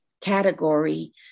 category